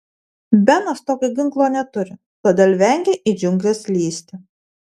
benas tokio ginklo neturi todėl vengia į džiungles lįsti